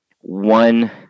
one